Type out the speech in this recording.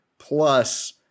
plus